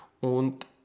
und